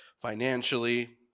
financially